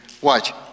Watch